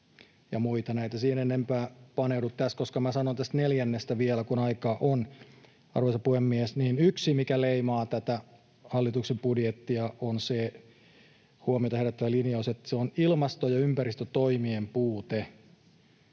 ja näitä muita. En siihen sen enempää paneudu tässä, koska sanon tästä neljännestä vielä, kun aikaa on. Arvoisa puhemies! Yksi, mikä leimaa tätä hallituksen budjettia, on se huomiota herättävä linjaus, että on ilmasto- ja ympäristötoimien puute.